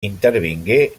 intervingué